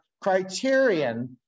criterion